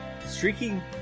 Streaking